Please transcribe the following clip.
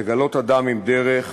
לגלות אדם עם דרך,